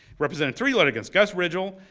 represented three litigants, gus regel,